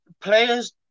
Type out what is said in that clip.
Players